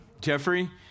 Jeffrey